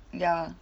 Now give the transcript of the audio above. ya